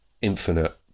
Infinite